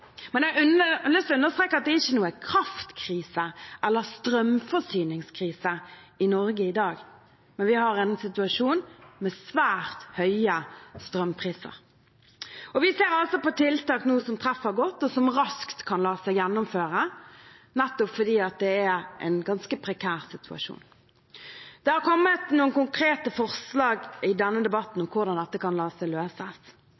Jeg har lyst til å understreke at det ikke er noen kraftkrise eller strømforsyningskrise i Norge i dag, men vi har en situasjon med svært høye strømpriser. Vi ser på tiltak nå som treffer godt, og som raskt kan la seg gjennomføre, nettopp fordi det er en ganske prekær situasjon. Det har kommet noen konkrete forslag i denne debatten